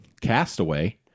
Castaway